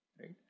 right